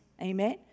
Amen